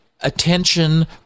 attention